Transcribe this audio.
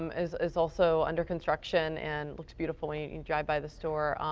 um is is also under construction and looks beautiful you drive by the store.